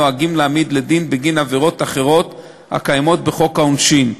נוהגים להעמיד לדין בגין עבירות אחרות הקיימות בחוק העונשין,